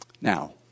Now